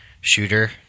shooter